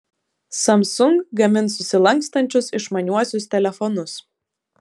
samsung gamins susilankstančius išmaniuosius telefonus